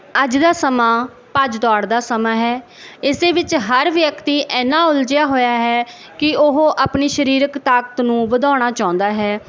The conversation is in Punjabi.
ਅੱਜ ਦਾ ਸਮਾਂ ਭੱਜ ਦੌੜ ਦਾ ਸਮਾਂ ਹੈ ਇਸਦੇ ਵਿੱਚ ਹਰ ਵਿਅਕਤੀ ਇੰਨਾਂ ਉਲਝਿਆ ਹੋਇਆ ਹੈ ਕਿ ਉਹ ਆਪਣੀ ਸਰੀਰਕ ਤਾਕਤ ਨੂੰ ਵਧਾਉਣਾ ਚਾਹੁੰਦਾ ਹੈ